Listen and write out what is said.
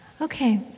Okay